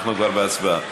אנחנו עוברים להצבעה.